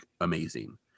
amazing